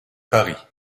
paris